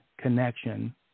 connection